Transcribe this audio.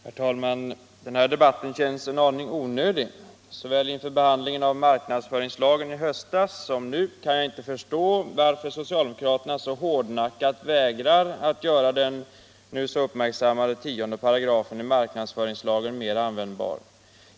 Herr talman! Den här debatten känns en aning onödig. Jag kan inte MNäringsidkares rätt förstå varför socialdemokraterna, såväl inför behandlingen av marknads = att föra talan enligt föringslagen i höstas som nu, så hårdnackat vägrat att göra den nu så = marknadsföringslauppmärksammade 10 § i marknadsföringslagen mer användbar.